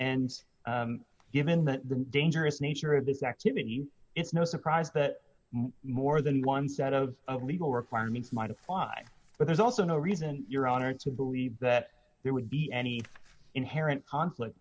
and given the dangerous nature of this activity it's no surprise that more than one set of legal requirements might apply but there's also no reason your honor to believe that there would be any inherent conflict